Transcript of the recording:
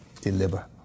deliver